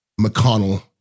McConnell